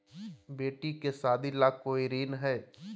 बेटी के सादी ला कोई ऋण हई?